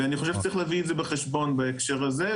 ואני חושב שצריך להביא את זה בחשבון בהקשר הזה,